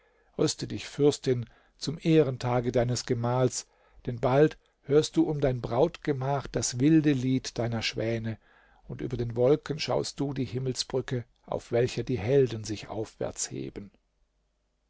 rüste dich fürstin zum ehrentage deines gemahls denn bald hörst du um dein brautgemach das wilde lied deiner schwäne und über den wolken schaust du die himmelsbrücke auf welcher die helden sich aufwärts heben